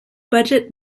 budget